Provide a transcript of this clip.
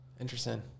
interesting